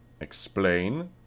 Explain